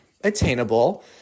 attainable